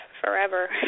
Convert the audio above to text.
forever